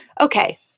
Okay